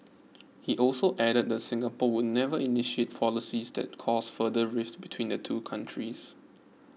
he also added that Singapore would never initiate policies that cause further rift between the two countries